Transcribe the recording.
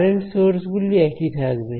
current source গুলি একই থাকবে